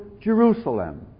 Jerusalem